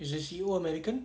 is the C_E_O american